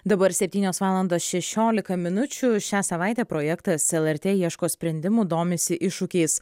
dabar septynios valandos šešiolika minučių šią savaitę projektas lrt ieško sprendimų domisi iššūkiais